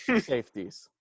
Safeties